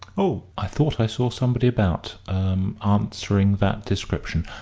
oh, i thought i saw somebody about er answering that description,